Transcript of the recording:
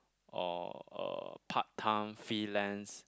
or a part time freelance